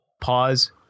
pause